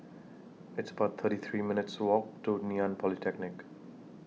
It's about thirty three minutes' Walk to Ngee Ann Polytechnic